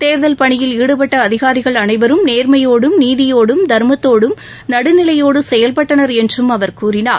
தேர்தல் பணியில் ஈடுபட்ட அதிகாரிகள் அனைவரும் நேர்மையோடும் நீதியோடும் தர்மத்தோடும் நடுநிலையோடு செயல்பட்டனர் என்றும் அவர் கூறினார்